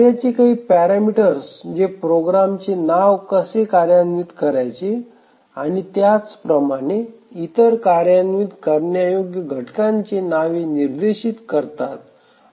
कार्याचे काही पॅरामीटर्स जे प्रोग्रॅमचे नाव कसे कार्यान्वित करायचे आणि त्याप्रमाणे इतर कार्यान्वित करण्यायोग्य घटकांचे नावे निर्देशित करतात